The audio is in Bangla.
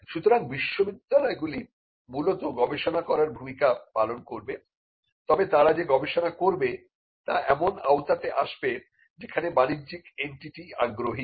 সুতরাং বিশ্ববিদ্যালয়গুলি মূলত গবেষণা করার ভূমিকা পালন করবে তবে তারা যে গবেষণা করবে তা এমন আওতাতে আসবে যেখানে বাণিজ্যিক এন্টিটি আগ্রহী